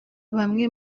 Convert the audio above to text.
bamwe